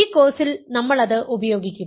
ഈ കോഴ്സിൽ നമ്മൾ അത് ഉപയോഗിക്കും